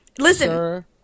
Listen